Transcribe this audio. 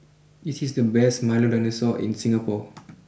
this is the best Milo dinosaur in Singapore